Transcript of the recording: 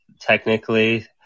technically